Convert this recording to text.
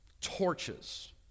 torches